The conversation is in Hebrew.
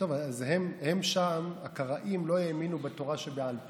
הם שם, הקראים, לא האמינו בתורה שבעל פה,